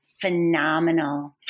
phenomenal